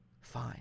Fine